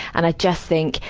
and i just think,